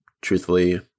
truthfully